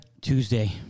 Tuesday